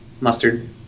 mustard